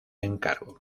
encargo